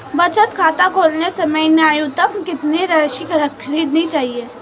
बचत खाता खोलते समय न्यूनतम कितनी राशि रखनी चाहिए?